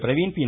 Praveen B